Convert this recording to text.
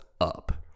up